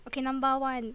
okay number one